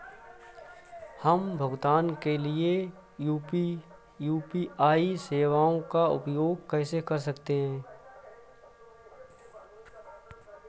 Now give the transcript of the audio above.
हम भुगतान के लिए यू.पी.आई सेवाओं का उपयोग कैसे कर सकते हैं?